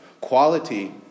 Quality